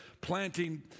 planting